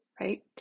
right